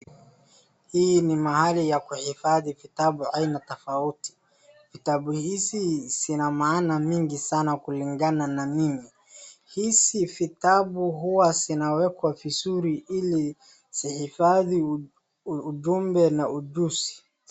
Hii ni mahali ya kuhifadhi vitabu aina tofauti. Vitabu hizi zina maana nyingi sana kulingana na mimi. Hizi vitabu huwa zinawekwa vizuri ilizihifadhi ujumbe na ujuzi.